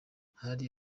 hari